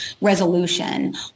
resolution